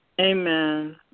Amen